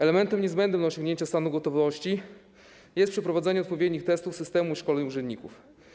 Elementem niezbędnym do osiągnięcia stanu gotowości jest przeprowadzenie odpowiednich testów systemu i szkoleń urzędników.